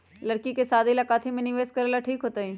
लड़की के शादी ला काथी में निवेस करेला ठीक होतई?